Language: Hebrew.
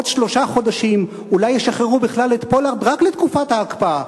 עוד שלושה חודשים אולי בכלל ישחררו את פולארד רק לתקופת ההקפאה.